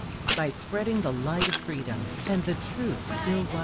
by spreading the light of freedom and the truth still